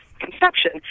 conception